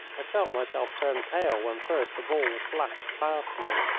i felt myself turn pale when first the ball flashed past me.